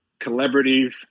collaborative